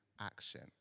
action